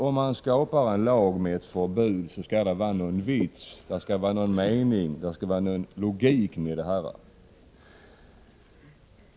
Om man skapar en lag med förbud, skall det vara någon mening med den. Det skall vara logik i det hela.